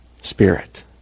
Spirit